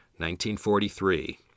1943